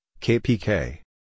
KPK